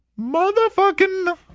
Motherfucking